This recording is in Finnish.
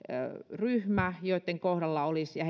ryhmä jonka kohdalla ja